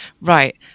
right